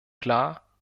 klar